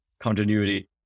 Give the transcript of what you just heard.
continuity